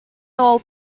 nôl